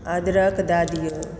अदरख दए दिऔ